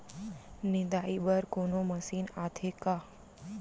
निंदाई बर कोनो मशीन आथे का?